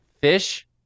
Fish